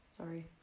Sorry